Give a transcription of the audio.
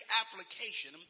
application